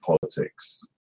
politics